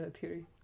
theory